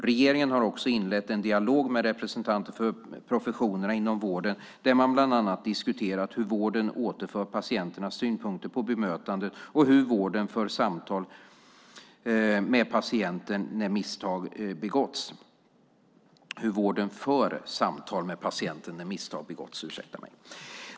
Regeringen har också inlett en dialog med representanter för professionerna inom vården, där man bland annat diskuterat hur vården återför patienternas synpunkter på bemötandet och hur vården för samtal med patienten när misstag begåtts.